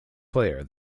player